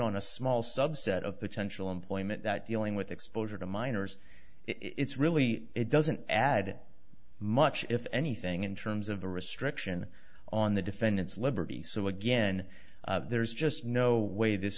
on a small subset of potential employment that dealing with exposure to minors it's really it doesn't add much if anything in terms of the restriction on the defendant's liberty so again there's just no way this